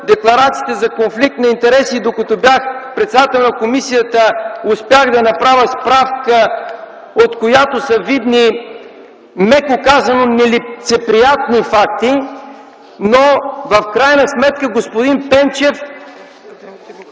декларациите за конфликт на интереси. Докато бях председател на комисията, успях да направя справка, от която са видни, меко казано, нелицеприятни факти. Господин Пенчев,